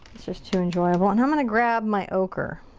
just too enjoyable. and i'm gonna grab my ocher.